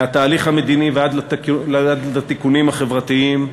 מהתהליך המדיני ועד לתיקונים החברתיים,